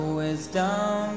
wisdom